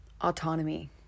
autonomy